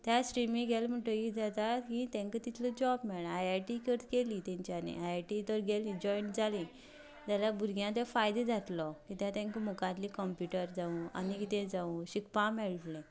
त्या स्ट्रिमीन गेलें म्हणटगीर किदें जाता कि तेंका तितलें जॉब मेळना आय आय टी कर केली तेंच्यानी आय आय टी तर घेवन जॉयन जाली जाल्यार भुरग्यांचो फायदो जातलो कित्याक तेंका मुखाल्ली कंप्यूटर जावं आनी किदें जावं शिकपाक मेळटलें